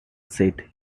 said